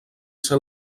ser